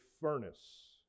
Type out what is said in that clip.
furnace